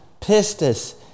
pistis